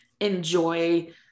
enjoy